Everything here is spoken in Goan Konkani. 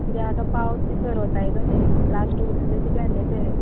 किद्या आतां पावस बी सरत आयलो नी लास्ट उरल्या ते भेंडे ते